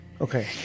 Okay